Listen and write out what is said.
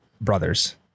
brothers